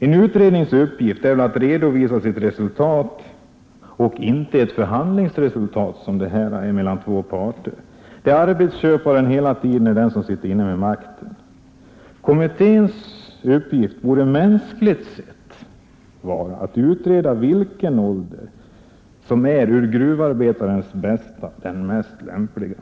En utrednings uppgift är väl att redovisa sitt resultat, inte ett förhandlingsresultat mellan två parter, som detta är, där arbetsköparen hela tiden är den som sitter inne med makten. Kommitténs uppgift borde mänskligt sett vara att utarbeta vilken ålder som med hänsyn till gruvarbetarens bästa är den mest lämpliga.